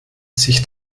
sich